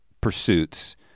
pursuits